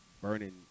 burning